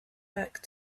back